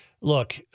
look